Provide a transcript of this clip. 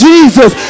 Jesus